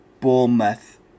Bournemouth